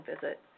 visit